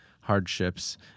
hardships